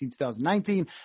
2019